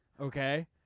okay